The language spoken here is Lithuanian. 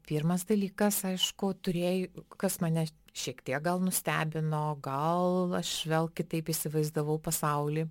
pirmas dalykas aišku turėj kas mane šiek tiek gal nustebino gal aš vėl kitaip įsivaizdavau pasaulį